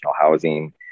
housing